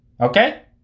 Okay